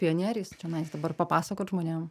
pionieriais čionais dabar papasakot žmonėm